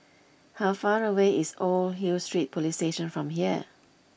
how far away is Old Hill Street Police Station from here